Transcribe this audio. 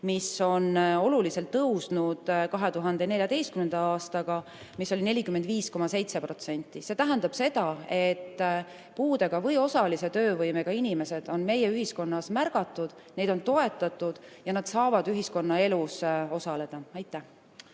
mis oli oluliselt tõusnud võrreldes 2014. aastaga, kui neid oli 45,7%. See tähendab seda, et puudega või osalise töövõimega inimesi on meie ühiskonnas märgatud, neid on toetatud ja nad saavad ühiskonnaelus osaleda. Aitäh